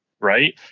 right